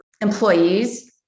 employees